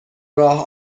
راه